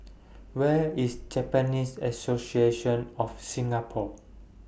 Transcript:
Where IS Japanese Association of Singapore